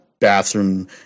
Bathroom